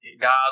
guys